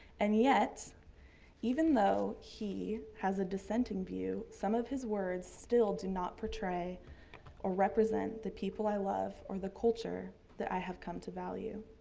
and yet even though he has a dissenting view, some of his words still do not portray or represent the people i love or the culture that i have come to value.